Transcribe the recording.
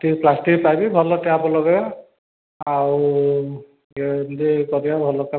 ଟିକେ plastic pipe ଭଲ tap ଲଗାଇବା ଆଉ ଏମିତି କରିବା ଭଲ କାମ